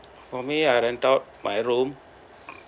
for me I rent out my room